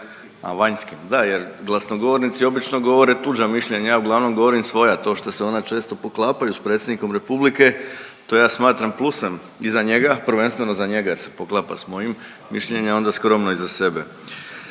A vanjskim, da jer glasnogovornici obično govore tuđa mišljenja, ja uglavnom govorim svoja. To što se ona često poklapaju s predsjednikom Republike, to ja smatram plusem, i za njega, prvenstveno za njega jer se poklapa s mojim mišljenje, a onda skromno i za sebe.